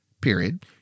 Period